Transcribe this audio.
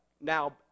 now